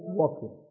walking